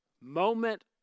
moment